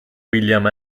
william